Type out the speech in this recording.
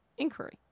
Inquiry